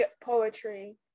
poetry